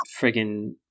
friggin